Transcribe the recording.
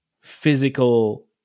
physical